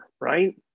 right